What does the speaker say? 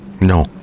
No